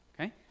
Okay